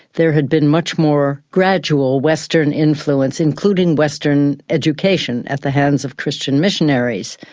there had been much more gradual western influence, including western education at the hands of christian missionaries.